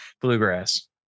Bluegrass